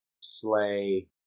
slay